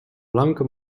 blanke